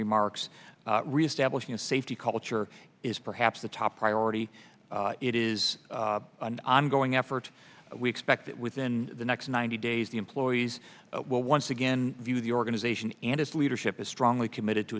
remarks reestablishing a safety culture is perhaps the top priority it is an ongoing effort we expect that within the next ninety days the employees will once again view the organization and its leadership is strongly committed to